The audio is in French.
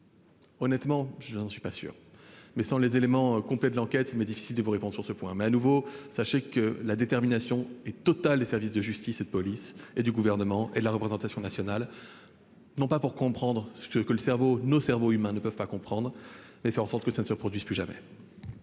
Honnêtement, je n'en suis pas sûr, mais sans les éléments complets de l'enquête il m'est difficile de vous répondre sur ce point. Néanmoins, sachez que la détermination des services de justice et de police, ainsi que du Gouvernement et de la représentation nationale, est totale, non pas pour comprendre ce que nos cerveaux humains ne peuvent pas comprendre, mais pour faire en sorte qu'un tel drame n'arrive plus jamais.